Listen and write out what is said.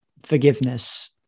Forgiveness